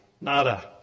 Nada